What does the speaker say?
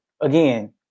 again